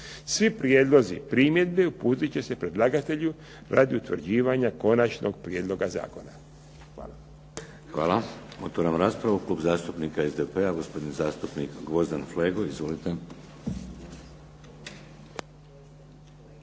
Svi prijedlozi i primjedbe uputiti će se predlagatelju radi utvrđivanja konačnog prijedloga zakona. Hvala.